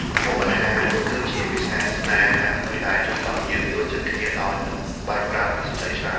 ម្ហូបអាហារគឺជាភាសាស្នេហាមួយដែលជួយឱ្យយើងយល់ចិត្តគ្នាដោយមិនបាច់ប្រើពាក្យសម្តីច្រើន។